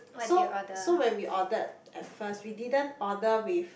so so when we ordered at first we didn't order with